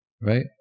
Right